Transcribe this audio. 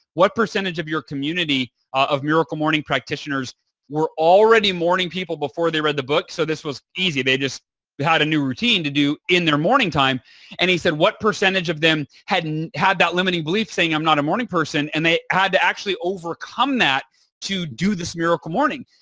what percentage of your community of miracle morning practitioners were already morning people before they read the book? so, this was easy. they just had a new routine to do in their morning time and he said, what percentage of them had and had that limiting belief to saying, i'm not a morning person and they had to actually overcome that to do this miracle morning?